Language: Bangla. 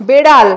বেড়াল